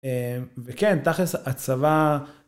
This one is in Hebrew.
וכן, תכלס הצבא...